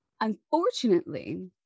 Unfortunately